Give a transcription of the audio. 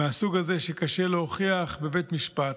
מהסוג הזה שקשה להוכיח בבית משפט.